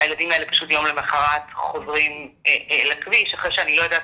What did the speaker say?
הילדים האלה פשוט יום למוחרת חוזרים לכביש אחרי שאני לא יודעת